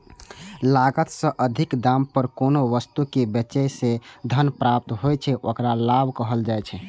लागत सं अधिक दाम पर कोनो वस्तु कें बेचय सं जे धन प्राप्त होइ छै, ओकरा लाभ कहल जाइ छै